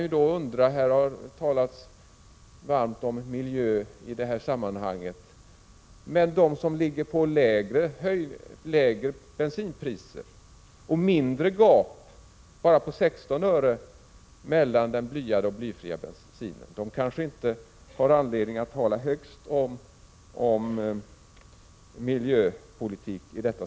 Det har talats varmt om miljö i detta sammanhang, men de som vill ha lägre bensinpriser och mindre gap, bara 16 öre, mellan den blyade och den blyfria bensinen har kanske inte anledning att tala högst om miljöpolitik.